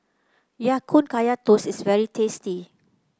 Ya Kun Kaya Toast is very tasty